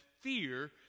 fear